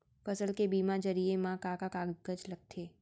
फसल के बीमा जरिए मा का का कागज लगथे?